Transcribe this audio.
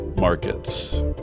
markets